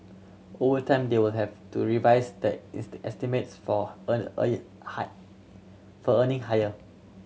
over time they will have to revise their estimates for earn earning high for earning higher